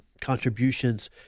contributions